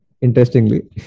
Interestingly